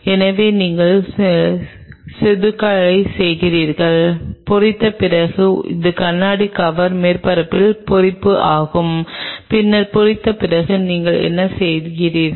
எனவே நீங்கள் செதுக்கலைச் செய்தீர்கள் பொறித்த பிறகு இது கண்ணாடி கவர் மேற்பரப்புகளின் பொறிப்பு ஆகும் பின்னர் பொறித்த பிறகு நீங்கள் என்ன செய்தீர்கள்